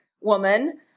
woman